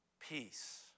peace